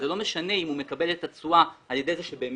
וזה לא משנה אם הוא מקבל את התשואה על ידי זה שבאמת